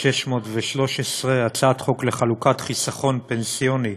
כ/613, הצעת חוק לחלוקת חיסכון פנסיוני